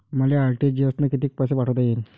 मले आर.टी.जी.एस न कितीक पैसे पाठवता येईन?